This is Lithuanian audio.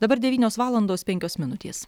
dabar devynios valandos penkios minutės